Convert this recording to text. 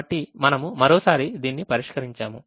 కాబట్టి మనము మరోసారి దీనిని పరిష్కరించాము